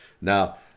now